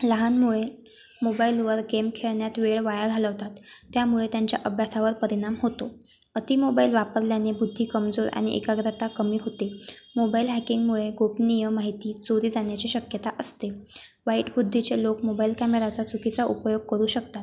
लहान मुले मोबाईलवर गेम खेळण्यात वेळ वाया घालवतात त्यामुळे त्यांच्या अभ्यासावर परिनाम होतो अति मोबाईल वापरल्याने बुद्धी कमजोर आणि एकाग्रता कमी होते मोबाईल हॅकिंगमुळे गोपनीय माहिती चोरी जाण्याची शक्यता असते वाईट बुद्धीचे लोक मोबाईल कॅमेराचा चुकीचा उपयोग करू शकतात